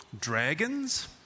dragons